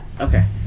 Okay